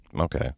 Okay